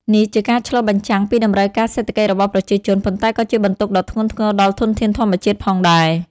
នេះជាការឆ្លុះបញ្ចាំងពីតម្រូវការសេដ្ឋកិច្ចរបស់ប្រជាជន ប៉ុន្តែក៏ជាបន្ទុកដ៏ធ្ងន់ធ្ងរដល់ធនធានធម្មជាតិផងដែរ។